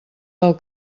del